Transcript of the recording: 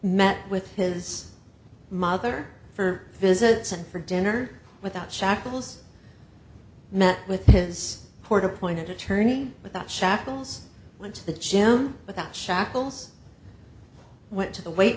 met with his mother for visits and for dinner without shackles met with his court appointed attorney but that shackles went to the gym but that shackles went to the weight